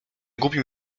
głupim